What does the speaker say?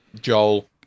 Joel